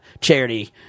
charity